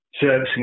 servicing